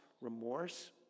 remorse